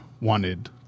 wanted